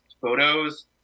photos